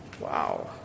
Wow